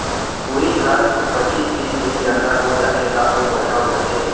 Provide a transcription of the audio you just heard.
उही हर पचीस तीस दिन के अंदर हो जाथे त अउ बड़िहा हो जाथे